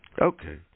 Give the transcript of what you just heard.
okay